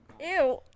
Ew